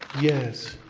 yes.